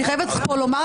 חבר הכנסת טור פז.